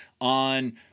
on